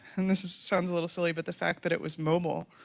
and this is sounds a little silly, but the fact that it was mobile,